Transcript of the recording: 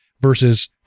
versus